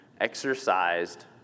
exercised